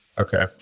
Okay